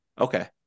Okay